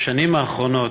בשנים האחרונות,